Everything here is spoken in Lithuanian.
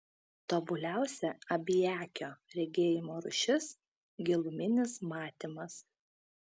tobuliausia abiakio regėjimo rūšis giluminis matymas